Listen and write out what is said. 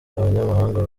abanyamahanga